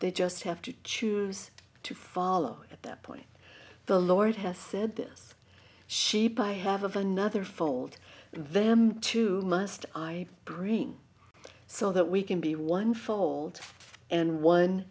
they just have to choose to follow that point the lord has said this sheep i have another fold them too must i bring so that we can be one fold and one